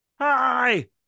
Hi